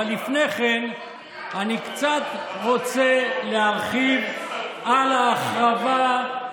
אבל לפני כן אני קצת רוצה להרחיב על ההחרבה.